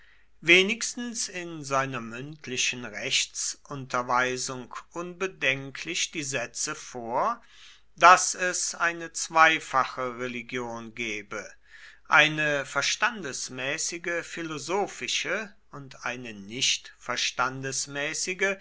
wenigstens in seiner mündlichen rechtsunterweisung unbedenklich die sätze vor daß es eine zweifache religion gebe eine verstandesmäßige philosophische und eine